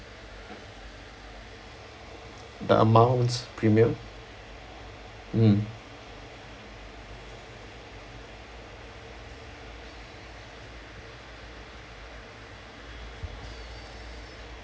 the amounts premium mm